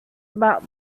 about